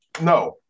no